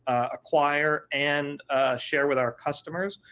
acquire and share with our customers,